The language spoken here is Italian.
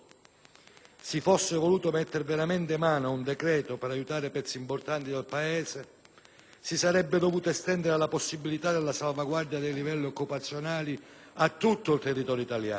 si fosse voluto metter veramente mano ad un decreto-legge per aiutare pezzi importanti del Paese, si sarebbe dovuto estendere la possibilità della salvaguardia dei livelli occupazionali a tutto il territorio italiano;